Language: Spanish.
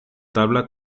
tabla